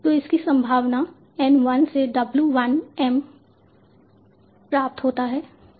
तो इसकी संभावना N 1 से W 1 m प्राप्त होता है